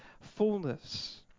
fullness